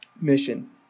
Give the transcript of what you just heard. mission